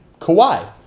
Kawhi